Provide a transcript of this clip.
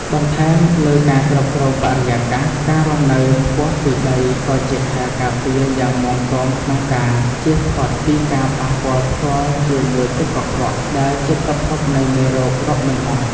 បន្ថែមលើការគ្រប់គ្រងបរិយាកាស ការរស់នៅខ្ពស់ពីដីក៏ជាខែលការពារយ៉ាងមាំទាំក្នុងការ ជៀសផុតពីការប៉ះពាល់ផ្ទាល់ជាមួយទឹកកខ្វក់ ដែលជាប្រភពនៃមេរោគរាប់មិនអស់។